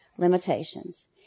limitations